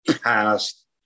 past